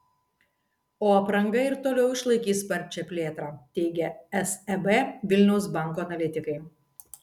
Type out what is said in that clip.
o apranga ir toliau išlaikys sparčią plėtrą teigia seb vilniaus banko analitikai